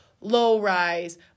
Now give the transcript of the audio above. low-rise